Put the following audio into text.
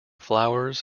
flowers